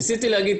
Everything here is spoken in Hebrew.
ניסית להגיד,